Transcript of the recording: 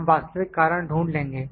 हम वास्तविक कारण ढूंढ लेंगे